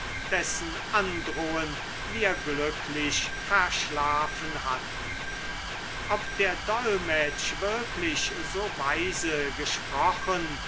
dessen androhen wir glücklich verschlafen hatten ob der dolmetsch wirklich so weise gesprochen